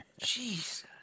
Jesus